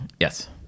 Yes